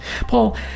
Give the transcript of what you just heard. Paul